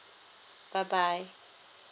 bye bye